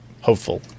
Hopeful